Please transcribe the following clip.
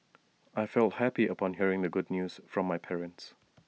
I felt happy upon hearing the good news from my parents